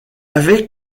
avaient